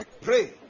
pray